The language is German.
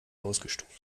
ausgestoßen